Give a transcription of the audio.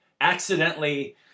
accidentally